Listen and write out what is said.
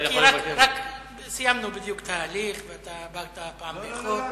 כי רק סיימנו את ההליך, ואתה הגעת הפעם באיחור.